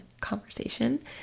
conversation